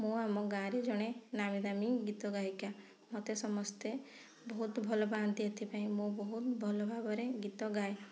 ମୁଁ ଆମ ଗାଁରେ ଜଣେ ନାମୀ ଦାମୀ ଗୀତ ଗାୟିକା ମୋତେ ସମସ୍ତେ ବହୁତ ଭଲ ପାଆନ୍ତି ଏଥିପାଇଁ ମୁଁ ବହୁତ ଭଲ ଭାବରେ ଗୀତ ଗାଏ